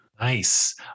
Nice